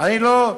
לא,